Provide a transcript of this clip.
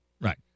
right